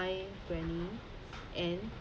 hi granny and